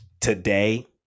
Today